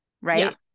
right